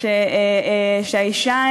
זאת הצעתי.